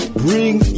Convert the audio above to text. bring